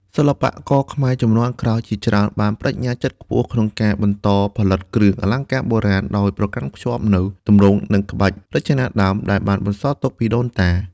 សិប្បករខ្មែរជំនាន់ក្រោយ ជាច្រើនបានប្តេជ្ញាចិត្តខ្ពស់ក្នុងការបន្តផលិតគ្រឿងអលង្ការបុរាណ ដោយប្រកាន់ខ្ជាប់នូវ ទម្រង់ និងក្បាច់រចនាដើម ដែលបានបន្សល់ទុកពីដូនតា។